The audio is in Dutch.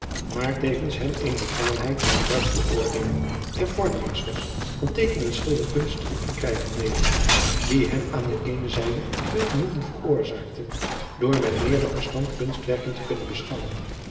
maar tevens hem eene bekwaamheid in het juist beoordeelen der voortbrengsels van teeken en schilderkunst verkrijgen deed die hem aan de eene zijde veel genoegen veroorzaakte door met meerder verstand kunstwerken te kunnen beschouwen